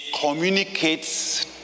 communicates